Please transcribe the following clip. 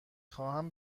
خواهم